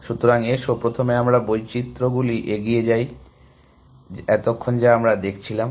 সুতরাং এসো প্রথমে আমাদের বৈচিত্র্যগুলি এগিয়ে যাই এতক্ষন যা আমরা দেখছিলাম